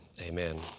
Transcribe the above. Amen